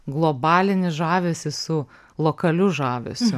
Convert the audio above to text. globalinį žavesį su lokaliu žavesiu